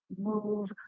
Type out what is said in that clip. move